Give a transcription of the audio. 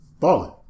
Ballin